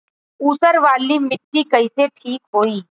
ऊसर वाली मिट्टी कईसे ठीक होई?